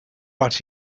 but